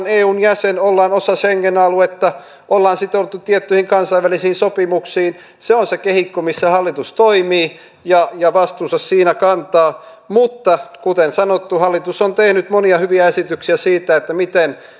eun jäsen olemme osa schengen aluetta olemme sitoutuneet tiettyihin kansainvälisiin sopimuksiin se on se kehikko missä hallitus toimii ja ja vastuunsa siinä kantaa mutta kuten sanottu hallitus on tehnyt monia hyviä esityksiä siitä miten